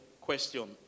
question